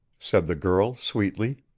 said the girl, sweetly.